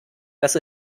dass